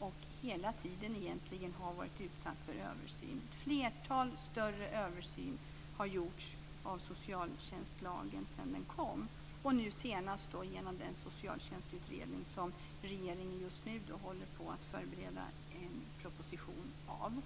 och har hela tiden varit utsatt för översyn. Ett flertal större granskningar har gjorts av socialtjänstlagen sedan den kom, nu senast genom den socialtjänstutredning som regeringen just nu håller på att förbereda en proposition utifrån.